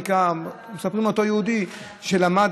מספרים על אותו יהודי שלמד,